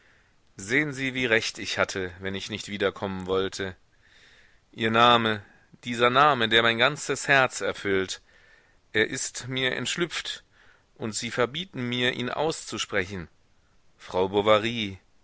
sehen sie wie recht ich hatte wenn ich nicht wiederkommen wollte ihr name dieser name der mein ganzes herz erfüllt er ist mir entschlüpft und sie verbieten mir ihn auszusprechen frau